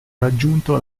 raggiunto